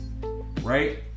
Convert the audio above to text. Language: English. right